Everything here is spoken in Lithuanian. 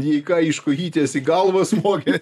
jei ką iš kojytės į galvą smogė